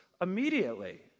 immediately